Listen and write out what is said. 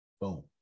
Boom